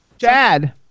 Chad